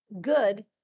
good